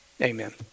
Amen